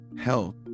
health